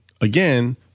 Again